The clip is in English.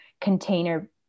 container